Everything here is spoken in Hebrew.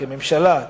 כממשלה,